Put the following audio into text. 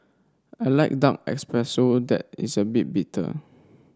I like dark espresso that is a bit bitter